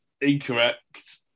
incorrect